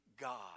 God